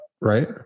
Right